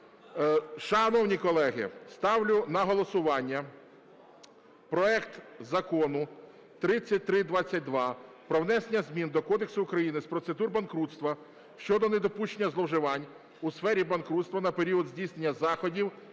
Шановні колеги, ставлю на голосування проект Закону 3322 про внесення змін до Кодексу України з процедур банкрутства (щодо недопущення зловживань у сфері банкрутства на період здійснення заходів,